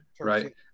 right